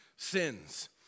Sins